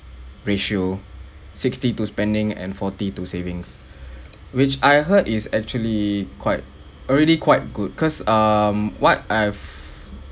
ratio sixty to spending and forty to savings which I heard is actually quite already quite good cause um what I've